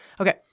Okay